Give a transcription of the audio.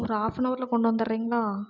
ஒரு ஹாஃபனவர்ல கொண்டு வந்துர்றீங்களா